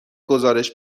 گزارش